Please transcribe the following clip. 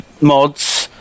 mods